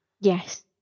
Yes